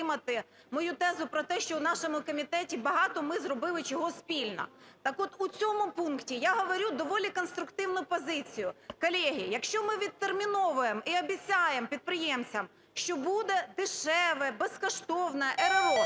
мою тезу про те, що в нашому комітеті багато ми зробили чого спільно. Так от у цьому пункті, я говорю доволі конструктивну позицію. Колеги, якщо ми відтерміновуємо і обіцяємо підприємцям, що буде дешеве, безкоштовне РРО,